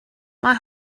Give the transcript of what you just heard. mae